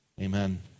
Amen